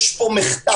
יש פה מחטף.